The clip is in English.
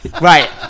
right